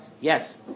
Yes